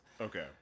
Okay